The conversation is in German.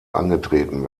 angetreten